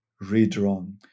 redrawn